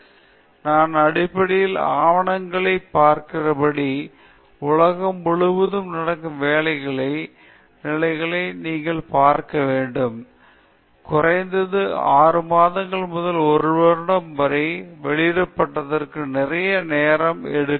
ரஞ்சித் மாநாட்டின் மிகுந்த அனுபவம் நாம் அடிப்படையில் ஆவணங்களைப் பார்க்கிறபடி உலகம் முழுவதும் நடக்கும் வேலையின் நிலைமையை நீங்கள் பார்க்க வேண்டும் ஆனால் ஆவணங்கள் குறைந்தது 6 மாதங்கள் முதல் 1 வருடம் வரை வெளியிடப்பட்டதற்கு நிறைய நேரம் எடுக்கும்